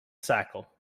cycle